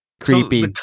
Creepy